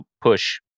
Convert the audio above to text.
push